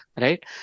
right